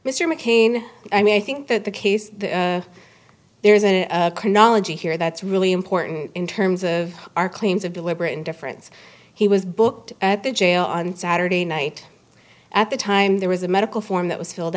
mr mccain i mean i think that the case there's a chronology here that's really important in terms of our claims of deliberate indifference he was booked at the jail on saturday night at the time there was a medical form that was filled